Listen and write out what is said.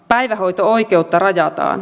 päivähoito oikeutta rajataan